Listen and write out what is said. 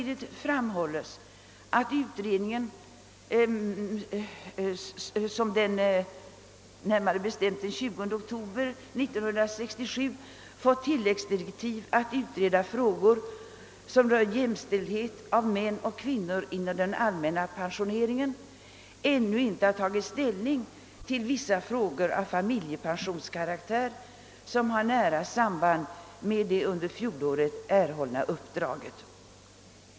Däremot anför kommittén — som den 20 oktober 1967 fick tilläggsdirektiv att utreda frågor rörande jämställande av män och kvinnor inom den allmänna pensioneringen — att den ännu inte tagit ställning till vissa frågor av familjepensionskaraktär, som har nära samband med det under fjolåret erhållna uppdraget.